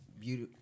Beauty